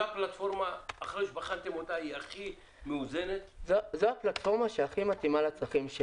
אחרי שבחנתם אותה, זאת הפלטפורמה הכי מאוזנת?